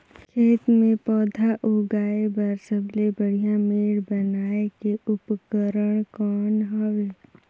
खेत मे पौधा उगाया बर सबले बढ़िया मेड़ बनाय के उपकरण कौन हवे?